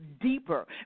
deeper